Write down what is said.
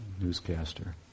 newscaster